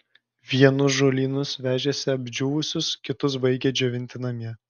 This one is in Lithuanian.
vienus žolynus vežėsi apdžiūvusius kitus baigė džiovinti namie